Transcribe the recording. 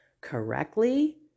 correctly